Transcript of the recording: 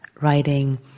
writing